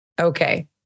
okay